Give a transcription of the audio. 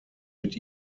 mit